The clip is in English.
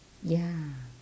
ya